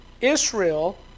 Israel